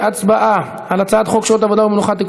להצבעה על הצעת חוק שעות עבודה ומנוחה (תיקון